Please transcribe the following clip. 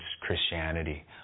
Christianity